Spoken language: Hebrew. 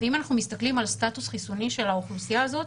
ואם אנחנו מסתכלים על הסטטוס החיסוני של האוכלוסייה הזאת,